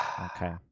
okay